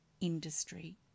industry